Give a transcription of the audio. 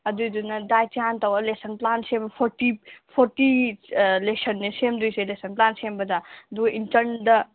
ꯑꯗꯨꯒꯤꯗꯨꯅ ꯗꯥꯏꯠꯁꯦ ꯍꯥꯟꯅ ꯇꯧꯔ ꯂꯦꯁꯟ ꯄ꯭ꯂꯥꯟ ꯁꯦꯝꯕ ꯐꯣꯔꯇꯤ ꯐꯣꯔꯇꯤ ꯂꯦꯁꯟꯅꯦ ꯁꯦꯝꯗꯣꯏꯁꯦ ꯂꯦꯁꯟ ꯄ꯭ꯂꯥꯟ ꯁꯦꯝꯕꯗ ꯑꯗꯨꯒ ꯏꯟꯇꯔꯟꯗ